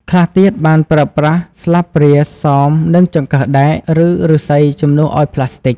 ខ្លះទៀតបានប្រើប្រាស់ស្លាបព្រា សម និង ចង្កឹះដែក ឬ ឫស្សីជំនួសឱ្យប្លាស្ទិក។